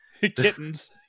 Kittens